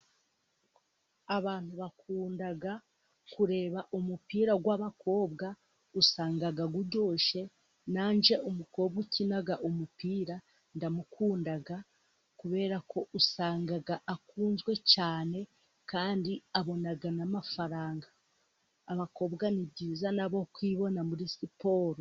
Abantu bakunda kureba umupira w'abakobwa, usanga uryoshye nange umukobwa ukina umupira ndamukunda, kubera ko usanga akunzwe cyane, kandi abona n'amafaranga, abakobwa ni byiza nabo kwibona muri siporo.